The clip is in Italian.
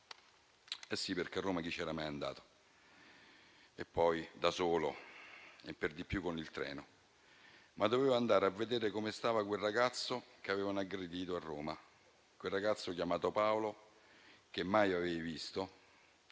Eh sì, perché a Roma chi c'era mai andato? E poi da solo e per di più con il treno. Ma dovevi andare a vedere come stava quel ragazzo che avevano aggredito a Roma, quel ragazzo chiamato Paolo, che mai avevi visto,